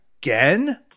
again